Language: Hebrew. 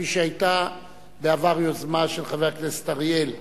כפי שהיתה בעבר יוזמה של חבר הכנסת אריאל,